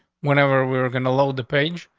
whenever we're going to load the page,